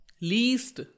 least